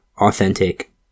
authentic